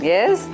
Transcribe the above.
Yes